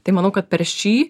tai manau kad per šį